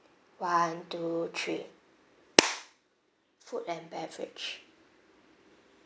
one two three food and beverage